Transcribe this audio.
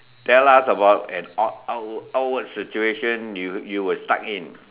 tell us about an awk~ awkward awkward situation you you were stuck in